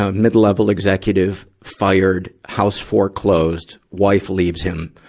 ah mid-level executive fired, house foreclosed, wife leaves him,